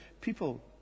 people